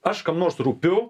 aš kam nors rūpiu